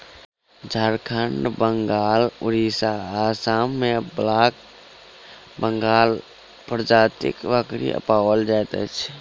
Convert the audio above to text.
झारखंड, बंगाल, उड़िसा, आसाम मे ब्लैक बंगाल प्रजातिक बकरी पाओल जाइत अछि